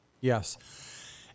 Yes